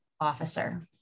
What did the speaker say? officer